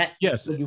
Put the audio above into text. Yes